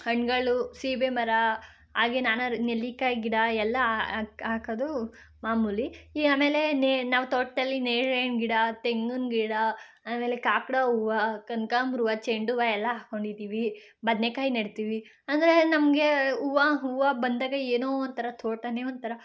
ಹಣ್ಣುಗಳು ಸೀಬೆ ಮರ ಹಾಗೆ ನಾನಾ ರಿ ನೆಲ್ಲಿಕಾಯಿ ಗಿಡ ಎಲ್ಲ ಹಾಕೋದು ಮಾಮೂಲಿ ಈ ಆಮೇಲೆ ನೆ ನಾವು ತೋಟದಲ್ಲಿ ನೇರಳೆ ಹಣ್ಣು ಗಿಡ ತೆಂಗಿನ ಗಿಡ ಆಮೇಲೆ ಕಾಕಡಾ ಹೂವು ಕನಕಾಂಬ್ರ ಹೂವು ಚೆಂಡು ಹೂವು ಎಲ್ಲ ಹಾಕಿಕೊಂಡಿದೀವಿ ಬದ್ನೆಕಾಯಿ ನೆಡ್ತೀವಿ ಅಂದರೆ ನಮಗೆ ಹೂವ ಹೂವು ಬಂದಾಗ ಏನೋ ಒಂಥರ ತೋಟನೇ ಒಂಥರ